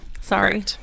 Sorry